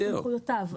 בוצעו.